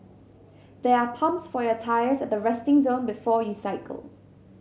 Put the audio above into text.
there are pumps for your tyres at the resting zone before you cycle